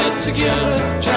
together